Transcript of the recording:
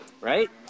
right